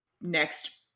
next